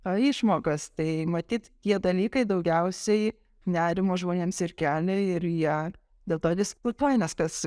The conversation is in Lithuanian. a išmokas tai matyt tie dalykai daugiausiai nerimo žmonėms ir kelia ir į ją dėl to diskutuoja nes kas